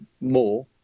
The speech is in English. more